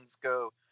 go